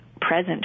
present